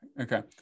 okay